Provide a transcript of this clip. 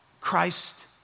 Christ